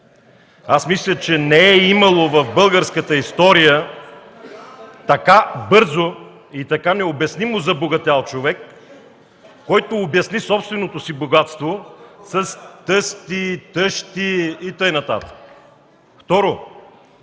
Мисля, че не е имало в българската история така бързо и така необяснимо забогатял човек, който обясни собственото си богатство с тъщи, тъстове и така нататък. Второ,